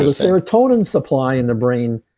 ah serotonin supply in the brain